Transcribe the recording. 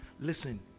Listen